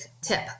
tip